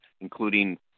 including